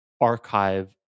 archive